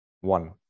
One